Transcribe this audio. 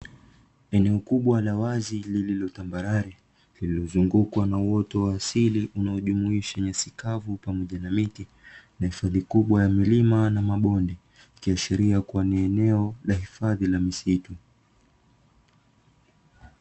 Eneo kubwa la wazi lililo tambarare lililozungukwa na uoto wa asili unaojumuisha nyasi kavu pamoja na miti, na hifadhi kubwa ya milima na mabonde. Ikiashiria kuwa ni eneo la hifadhi la misitu.